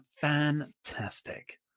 fantastic